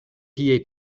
tie